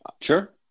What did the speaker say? Sure